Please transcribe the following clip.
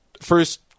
First